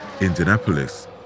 Indianapolis